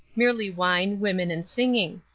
merely wine, women and singing.